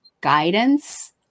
guidance